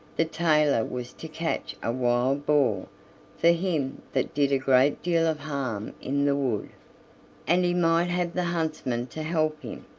the tailor was to catch a wild boar for him that did a great deal of harm in the wood and he might have the huntsmen to help him.